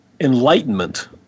enlightenment